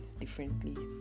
differently